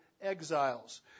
Exiles